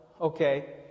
okay